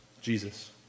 Jesus